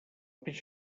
peix